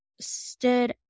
stood